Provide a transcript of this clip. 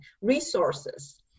resources